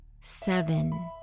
seven